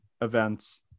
events